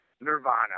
Nirvana